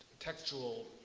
textual